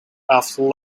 after